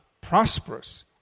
prosperous